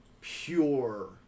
pure